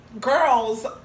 girls